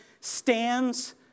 stands